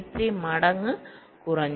83 മടങ്ങ് കുറഞ്ഞു